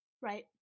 right